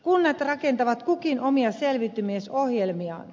kunnat rakentavat kukin omia selviytymisohjelmiaan